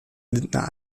lindner